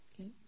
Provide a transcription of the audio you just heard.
Okay